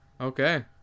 Okay